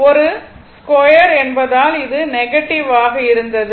இது ஸ்கொயர் என்பதால் இது நெகட்டிவ் ஆக இருந்தது